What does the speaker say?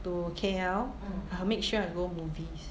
to K_L I'll make sure I go movies